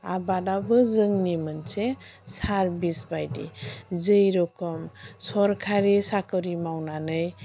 आबादआबो जोंनि मोनसे सार्भिस बायदि जै रोखोम सोरखारि साख्रि मावनानै